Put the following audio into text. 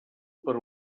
per